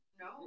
No